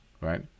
right